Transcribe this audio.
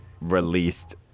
released